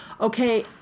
okay